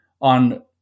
on